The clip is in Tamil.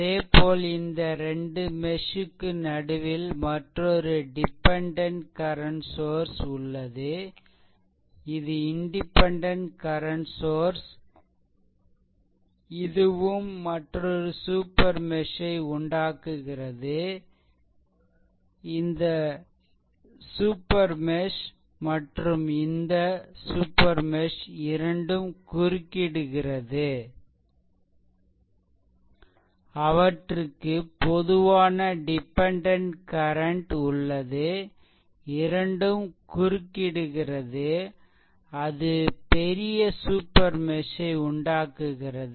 அதேபோல் இந்த 2 மெஷ் க்கு நடுவில் மற்றொரு டிபெண்டென்ட் கரண்ட் சோர்ஸ் உள்ளது இது இன்டிபெண்டென்ட் கரண்ட் சோர்ஸ் இதுவும் மற்றொரு சூப்பர் மெஷ் ஐ உண்டாக்குகிறது இந்த சூப்பர் மெஷ் மற்றும் இந்த சூப்பர் மெஷ் இரண்டும் குறுக்கிடுகிறது அவற்றுக்கு பொதுவான டிபெண்டென்ட் கரண்ட் உள்ளது இரண்டும் குறுக்கிடுகிறது அது பெரிய சூப்பர் மெஷ் ஐ உண்டாக்குகிறது